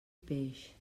peix